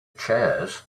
chairs